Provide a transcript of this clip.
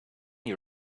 you